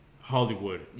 Hollywood